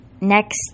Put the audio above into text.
next